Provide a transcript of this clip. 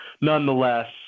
Nonetheless